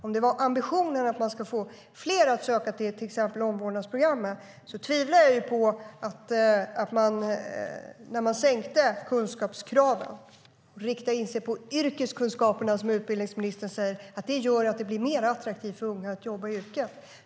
Om ambitionen varit att få fler att söka exempelvis till omvårdnadsprogrammet tvivlar jag på att man genom att sänka kunskapskraven och rikta in sig på yrkeskunskaperna, som utbildningsministern säger, gjort det mer attraktivt för unga att jobba i yrket.